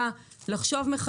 לא, אין שאלות המשך.